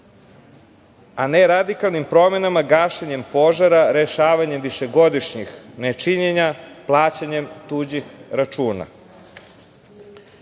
a ne radikalnim promenama gašenjem požara, rešavanjem višegodišnjih nečinjenja, plaćanjem tuđih računa. Prošlo